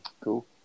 cool